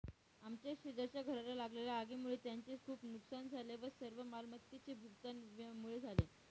आमच्या शेजारच्या घराला लागलेल्या आगीमुळे त्यांचे खूप नुकसान झाले पण सर्व मालमत्तेचे भूगतान विम्यामुळे झाले